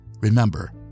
Remember